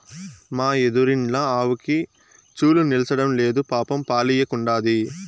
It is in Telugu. మా ఎదురిండ్ల ఆవుకి చూలు నిల్సడంలేదు పాపం పాలియ్యకుండాది